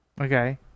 Okay